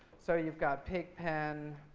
so you've got pigpen. a